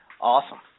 Awesome